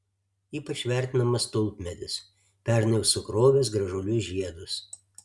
ypač vertinamas tulpmedis pernai jau sukrovęs gražuolius žiedus